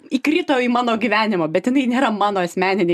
įkrito į mano gyvenimą bet jinai nėra mano asmeninė